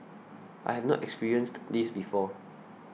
I have not experienced this before